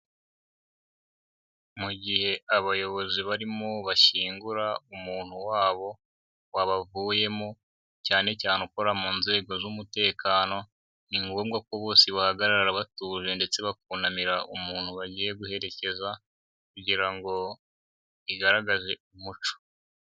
Mu gihe abayobozi barimo bashyingura umuntu wabo wabavuyemo, cyane cyane ukora mu nzego z'umutekano, ni ngombwa ko bose bahagarara batuje ndetse bakunamira umuntu bagiye guherekeza kugira ngo bigaragaze umuco.